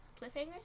cliffhangers